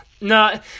No